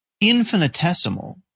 infinitesimal